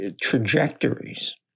trajectories